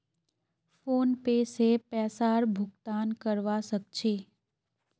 PhonePe से पैसार भुगतान करवा सकछी